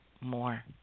more